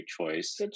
choice